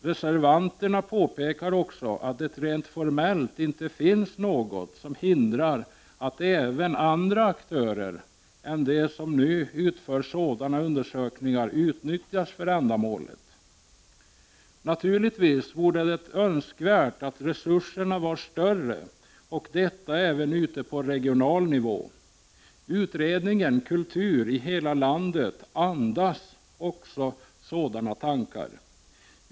Reservanterna påpekar också att det rent formellt inte finns något som hindrar, att även andra aktörer än de som nu utför sådana undersökningar utnyttjas för ändamålet. Naturligtvis vore det önskvärt att resurserna var större, och detta även ute på regional nivå. Utredningen ”Kultur i hela landet” andas också sådana tankar.